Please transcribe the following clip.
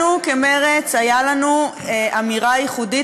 לנו כמרצ הייתה אמירה ייחודית,